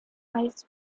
ice